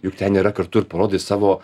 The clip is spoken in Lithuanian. juk ten yra kartu ir parodai savo